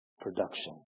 production